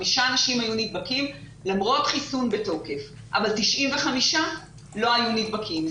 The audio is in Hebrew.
חמישה אנשים היו נדבקים למרות חיסון בתוקף אבל 95 לא היו נדבקים.